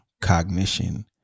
cognition